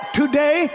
today